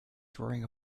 drawing